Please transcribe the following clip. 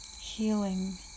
healing